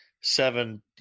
seven